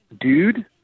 dude